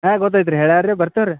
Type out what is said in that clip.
ಹಾಂ ಗೊತ್ತಾಯ್ತು ರೀ ಹೇಳ್ಯಾರೀ ಬರ್ತೇವೆ ರೀ